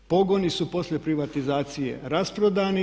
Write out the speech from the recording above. Pogoni su poslije privatizacije rasprodani.